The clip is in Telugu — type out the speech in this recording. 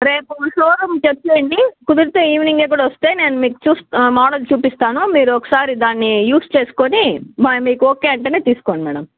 రేపు షోరూం తెరిచే ఉంది కుదిరితే ఈవినింగ్ కూడా వస్తే నేను మీకు చుసి మోడల్ చూపిస్తాను మీరు ఒకసారి దాన్ని యూజ్ చేసుకొని మీకు ఓకే అంటేనే తీసుకోండి మేడం